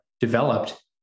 developed